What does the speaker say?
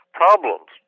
problems